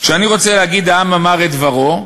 כשאני רוצה להגיד "העם אמר את דברו",